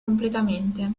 completamente